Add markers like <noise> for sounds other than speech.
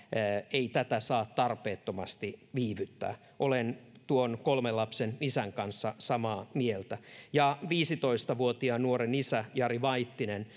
ei tätä saa tarpeettomasti viivyttää olen tuon kolmen lapsen isän kanssa samaa mieltä ja viisitoista vuotiaan nuoren isä jari vaittinen <unintelligible>